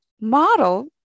model